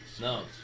No